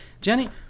Jenny